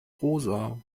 rosa